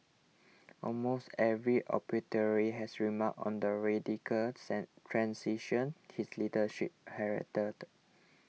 almost every obituary has remarked on the radical transition his leadership heralded